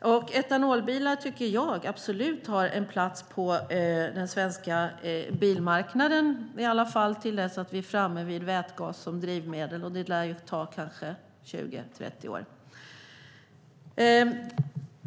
Jag tycker absolut att etanolbilar har en plats på den svenska bilmarknaden, åtminstone tills vi är framme vid vätgas som drivmedel; det lär dröja kanske 20-30 år.